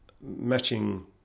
matching